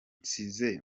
nsize